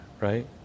right